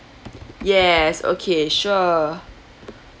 yes okay sure